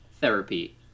therapy